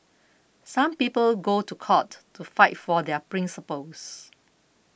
some people go to court to fight for their principles